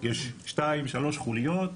יש שתיים שלוש חוליות,